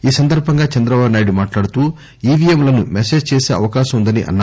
ఈ సందర్బంగా చంద్రబాబునాయుడు మాట్లాడుతూ ఈవిఎంలను మేనేజ్ చేసే అవకాశం వుందని అన్నారు